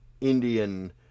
Indian